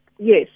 Yes